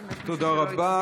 תודה רבה.